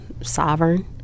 sovereign